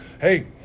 hey